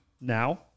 Now